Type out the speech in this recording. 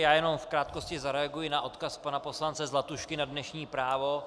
Já jenom v krátkosti zareaguji na odkaz pana poslance Zlatušky na dnešní Právo.